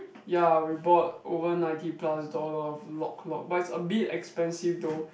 ya we bought over ninety plus dollar of Lok Lok but it's a bit expensive though